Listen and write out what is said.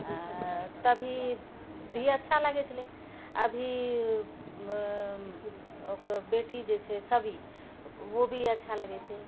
तभी भी अच्छा लगै छलै अभी ओकरो बेटी जे छै सबी ओ भी अच्छा लगै छै